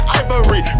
ivory